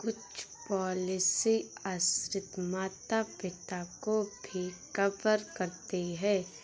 कुछ पॉलिसी आश्रित माता पिता को भी कवर करती है